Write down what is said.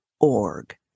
org